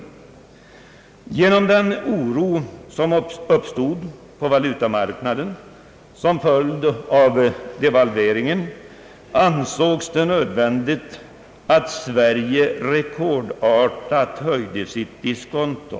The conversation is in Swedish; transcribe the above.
På grund av den oro som uppstod på valutamarknaden som följd av devalveringen i England ansågs det nödvändigt att Sverige rekordartat höjde sitt diskonto.